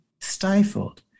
stifled